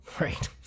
right